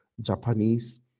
Japanese